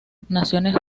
naciones